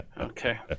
Okay